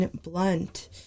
Blunt